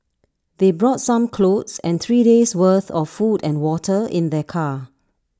they brought some clothes and three days' worth of food and water in their car